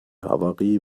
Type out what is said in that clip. havarie